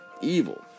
evil